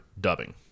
dubbing